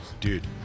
dude